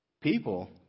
People